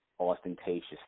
ostentatious